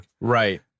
right